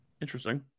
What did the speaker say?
Interesting